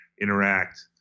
interact